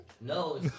No